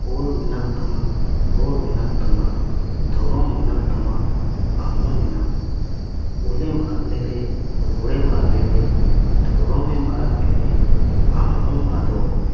ᱚᱞ ᱢᱮᱱᱟᱜ ᱛᱟᱢᱟ ᱨᱚᱲ ᱢᱮᱱᱟᱜ ᱛᱟᱢᱟ ᱫᱷᱚᱨᱚᱢ ᱢᱮᱱᱟᱜ ᱛᱟᱢᱟ ᱟᱢ ᱦᱚᱸ ᱢᱮᱱᱟᱢ ᱚᱞᱮᱢ ᱟᱫ ᱞᱮᱨᱮ ᱨᱚᱲᱮᱢ ᱟᱫ ᱞᱮᱨᱮ ᱫᱷᱚᱨᱚᱢᱮᱢ ᱟᱫ ᱞᱮᱨᱮ ᱟᱢ ᱦᱚᱢ ᱟᱫᱚᱜ